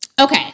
Okay